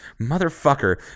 motherfucker